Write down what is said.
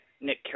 Nick